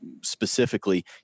specifically